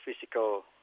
physical